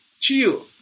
Chill